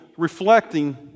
reflecting